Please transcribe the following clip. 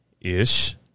ish